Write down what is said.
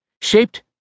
shaped